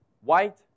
white